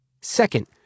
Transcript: Second